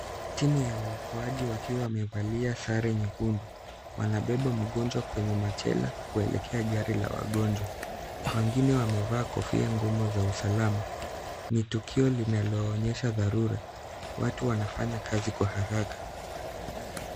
Timu ya waokaji wakiwa wamevalia sare nyekundu wanabeba mgonjwa kwenye machela kuelekea gari la wagonjwa. Wengine wamevaa kofia ngumu za usalama. Ni tukiolinaloonyesha dharura, watu wanafanya kazi kwa haraka.